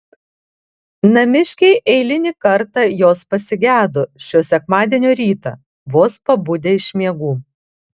namiškiai eilinį kartą jos pasigedo šio sekmadienio rytą vos pabudę iš miegų